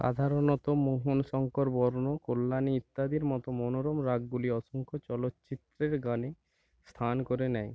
সাধারণত মোহন শঙ্করবর্ণ কল্যাণী ইত্যাদির মতো মনোরম রাগগুলি অসংখ্য চলচ্চিত্রের গানে স্থান করে নেয়